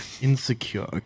Insecure